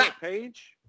page